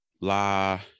La